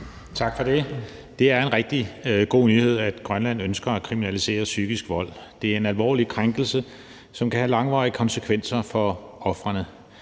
Tak for det. Det er en rigtig god nyhed, at Grønland ønsker at kriminalisere psykisk vold. Det er en alvorlig krænkelse, som kan have langvarige konsekvenser for ofrene.